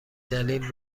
دلیل